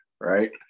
right